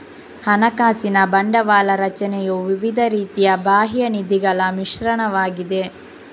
ಹಣಕಾಸಿನಲ್ಲಿ ಬಂಡವಾಳ ರಚನೆಯು ವಿವಿಧ ರೀತಿಯ ಬಾಹ್ಯ ನಿಧಿಗಳ ಮಿಶ್ರಣವಾಗಿದೆ